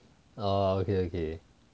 err okay okay